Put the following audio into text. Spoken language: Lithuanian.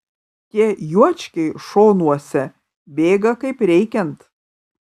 tie juočkiai šonuose bėga kaip reikiant